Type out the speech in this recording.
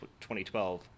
2012